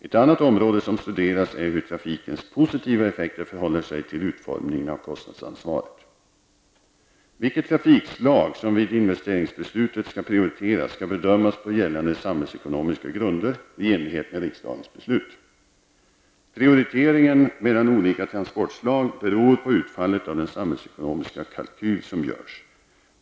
Ett annat område som studeras är hur trafikens positiva effekter förhåller sig till utformningen av kostnadsansvaret. Vilket trafikslag som vid investeringsbeslutet skall prioriteras skall bedömas på gällande samhällsekonomiska grunder i enlighet med riksdagens beslut. Prioriteringen mellan olika transportslag beror på utfallet av den samhällsekonomiska kalkyl som görs.